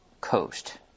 coast